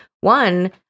One